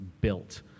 built